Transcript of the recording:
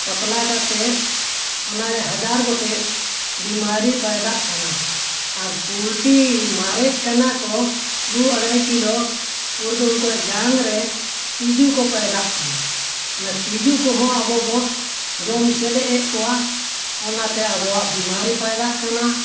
ᱯᱟᱛᱞᱟ ᱠᱟᱛᱮᱫ ᱚᱱᱟᱨᱮ ᱦᱟᱡᱟᱨ ᱜᱚᱴᱮᱡ ᱵᱤᱢᱟᱨᱤ ᱯᱟᱭᱫᱟᱜ ᱠᱟᱱᱟ ᱟᱨ ᱯᱳᱞᱴᱤ ᱢᱟᱨᱮᱜ ᱠᱟᱱᱟ ᱠᱚ ᱫᱩ ᱟᱲᱟᱭ ᱠᱤᱞᱳ ᱩᱱ ᱨᱮᱫᱚ ᱩᱱᱠᱩᱣᱟᱜ ᱡᱟᱝ ᱨᱮ ᱛᱤᱡᱩ ᱠᱚ ᱯᱟᱭᱫᱟᱜ ᱠᱟᱱᱟ ᱚᱱᱟ ᱛᱤᱡᱩ ᱠᱚᱦᱚᱸ ᱟᱵᱚ ᱵᱚ ᱡᱚᱢ ᱥᱮᱞᱮᱫ ᱮᱫ ᱠᱚᱣᱟ ᱚᱱᱟᱛᱮ ᱟᱵᱚᱣᱟᱜ ᱵᱤᱢᱟᱨᱤ ᱯᱟᱭᱫᱟᱜ ᱠᱟᱱᱟ